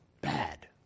bad